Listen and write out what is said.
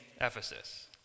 Ephesus